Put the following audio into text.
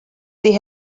they